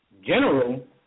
General